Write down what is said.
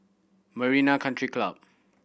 Marina Country Club